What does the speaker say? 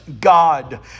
God